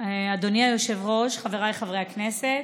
אדוני היושב-ראש, חבריי חברי הכנסת,